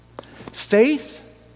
Faith